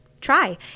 try